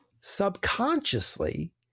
subconsciously